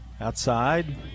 outside